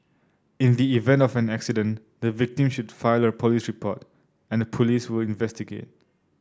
in the event of an accident the victim should file a police report and the police will investigate